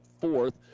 fourth